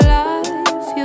life